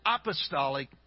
apostolic